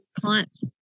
Clients